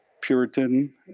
Puritan